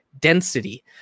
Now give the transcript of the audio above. density